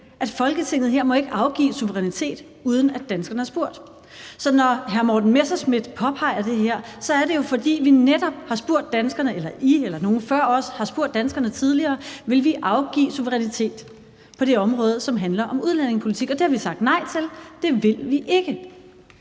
at Folketinget her ikke må afgive suverænitet, uden at danskerne er spurgt. Så når hr. Morten Messerschmidt påpeger det her, er det jo netop, fordi vi eller I eller nogen før os har spurgt danskerne tidligere, om de ville afgive suverænitet på det område, som handler om udlændingepolitik. Det har vi sagt nej til – det vil vi ikke,